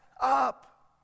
up